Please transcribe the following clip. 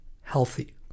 healthy